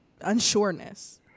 unsureness